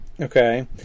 Okay